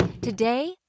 Today